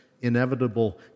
inevitable